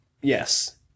Yes